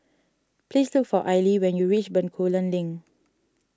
please look for Aili when you reach Bencoolen Link